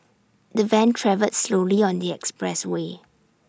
the van travelled slowly on the expressway